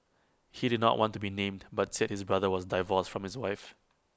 he did not want to be named but said his brother was divorced from his wife